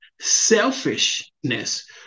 selfishness